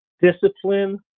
discipline